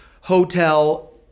hotel